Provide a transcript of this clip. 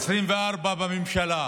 2024 בממשלה,